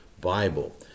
Bible